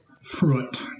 Fruit